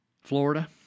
Florida